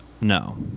No